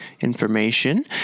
information